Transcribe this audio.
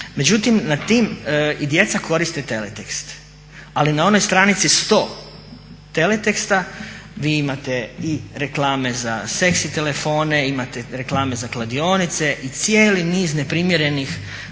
Međutim, na tim i djeca koriste teletekst, ali na onoj stranici 100 teleteksta vi imate i reklame za seksi telefone, imate reklame za kladionice i cijeli niz neprimjerenih